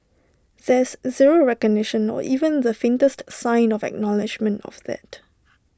there's zero recognition or even the faintest sign of acknowledgement of that